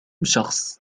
شخص